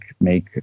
make